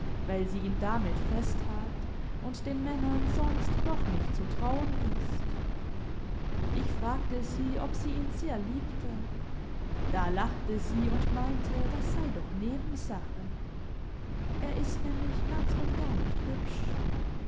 weil sie ihn damit fest hat und den männern sonst doch nicht zu trauen ist ich fragte sie ob sie ihn sehr liebte da lachte sie imd meinte das sei doch nebensache er ist nämlich ganz imd gar nicht hübsch